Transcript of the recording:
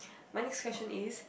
my next question is